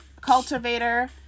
cultivator